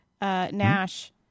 Nash